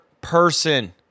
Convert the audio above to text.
person